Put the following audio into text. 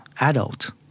Adult